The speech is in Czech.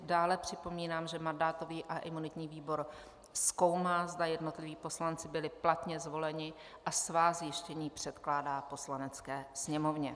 Dále připomínám, že mandátový a imunitní výbor zkoumá, zda jednotliví poslanci byli platně zvoleni, a svá zjištění předkládá Poslanecké sněmovně.